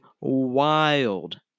wild